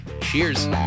Cheers